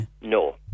no